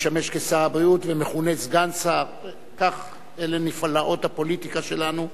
המשמש כשר הבריאות ומכונה "סגן שר"; אלה נפלאות הפוליטיקה שלנו,